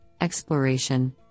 exploration